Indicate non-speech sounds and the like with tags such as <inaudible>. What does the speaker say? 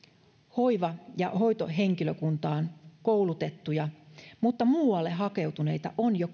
hoiva ja hoitohenkilökuntaan koulutettuja mutta muualle hakeutuneita on jo <unintelligible>